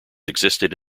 existed